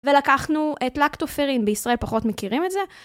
ולקחנו את לקטופרין, בישראל פחות מכירים את זה.